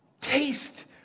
taste